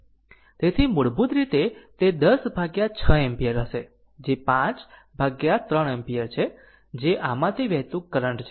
તેથી મૂળભૂત રીતે તે 10 ભાગ્યા 6 એમ્પીયર હશે જે 5 ભાગ્યા 3 એમ્પીયર છે જે આમાંથી વહેતું કરંટ છે